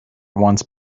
once